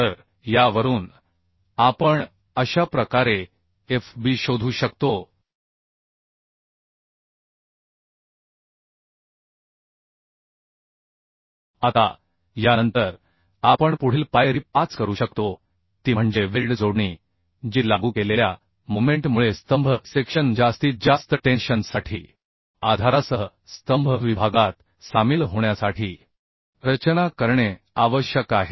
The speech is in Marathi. तर यावरून आपण अशा प्रकारे f b शोधू शकतो आता यानंतर आपण पुढील पायरी 5 करू शकतो ती म्हणजे वेल्ड जोडणी जी लागू केलेल्या मोमेंट मुळे स्तंभ सेक्शन जास्तीत जास्त टेन्शन साठी आधारासह स्तंभ विभागात सामील होण्यासाठी रचना करणे आवश्यक आहे